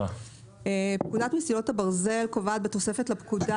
פקודת מסילות הברזל קובעת בתוספת לפקודה